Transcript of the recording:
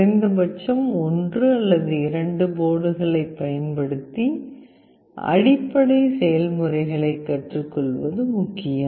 குறைந்தபட்சம் ஒன்று அல்லது இரண்டு போர்டுகளைப் பயன்படுத்தி அடிப்படை செயல்முறைகளைக் கற்றுக்கொள்வது முக்கியம்